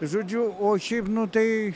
žodžiu o šiaip nu tai